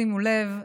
שימו לב,